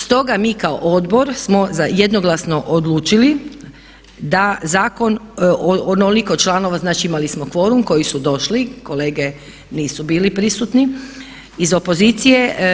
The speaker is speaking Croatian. Stoga mi kao odbor smo jednoglasno odlučili da zakon, onoliko članova znači imali smo kvorum koji su došli, kolege nisu bili prisutni iz opozicije.